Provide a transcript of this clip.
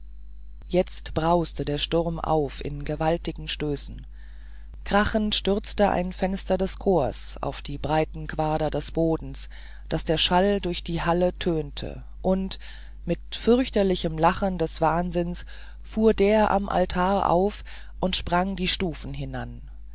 jetzt brauste der sturm auf in gewaltigen stößen krachend stürzte ein fenster des chors auf die breiten quader des bodens daß der schall durch die halle tönte und mit fürchterlichem lachen des wahnsinns fuhr der am altar auf und sprang die stufen hinan